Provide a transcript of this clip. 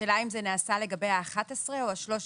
השאלה אם זה נעשה לגבי 11 או 13?